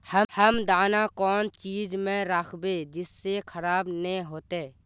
हम दाना कौन चीज में राखबे जिससे खराब नय होते?